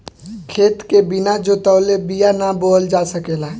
खेत के बिना जोतवले बिया ना बोअल जा सकेला